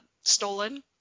stolen